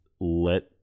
let